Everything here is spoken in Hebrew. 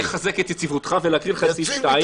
אז תן לי לחזק את יציבותך ולהקריא לך את סעיף 2. יציב מתמיד.